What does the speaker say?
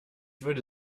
würde